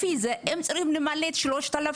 לפי זה הם צריכים למלא את ה-3,000,